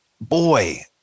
boy